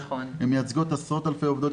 הן מייצגות עשרות אלפי עובדות,